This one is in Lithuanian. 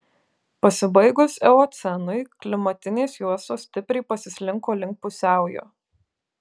pasibaigus eocenui klimatinės juostos stipriai pasislinko link pusiaujo